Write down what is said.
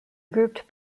grouped